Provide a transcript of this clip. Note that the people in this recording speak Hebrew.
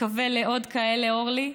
ונקווה לעוד כאלה, אורלי,